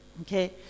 Okay